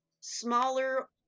smaller